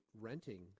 renting